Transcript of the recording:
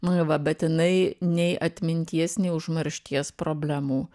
nu i va bet jinai nei atminties nei užmaršties problemų